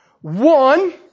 One